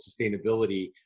sustainability